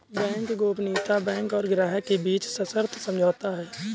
bank गोपनीयता bank और ग्राहक के बीच सशर्त समझौता है